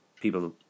People